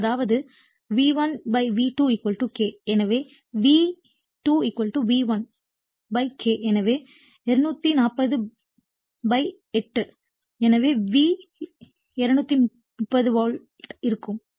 எனவே அதாவது V1 V2 K எனவே வி 2 வி 1 கே எனவே 2408 எனவே வி 2 30 வோல்ட் இருக்கும்